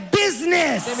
business